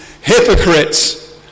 hypocrites